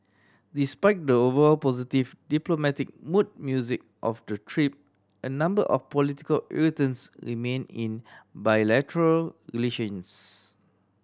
despite the overall positive diplomatic mood music of the trip a number of political irritants remain in bilateral relations